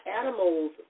animals